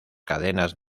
cadenas